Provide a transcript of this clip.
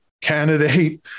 candidate